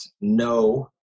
no